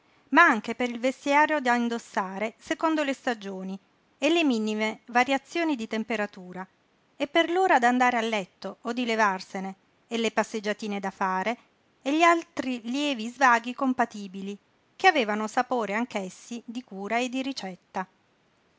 ma anche per il vestiario da indossare secondo le stagioni e le minime variazioni di temperatura e per l'ora d'andare a letto o di levarsene e le passeggiatine da fare e gli altri lievi svaghi compatibili che avevan sapore anch'essi di cura e di ricetta